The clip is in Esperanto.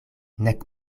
nek